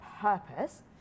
purpose